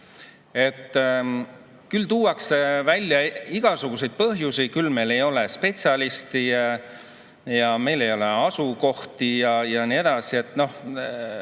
Küll tuuakse välja igasuguseid põhjusi, küll meil ei ole spetsialisti ja meil ei ole asukohti ja nii edasi. Noh,